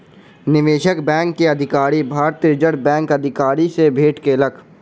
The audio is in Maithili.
निवेशक बैंक के अधिकारी, भारतीय रिज़र्व बैंकक अधिकारी सॅ भेट केलक